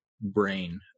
brain